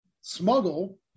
smuggle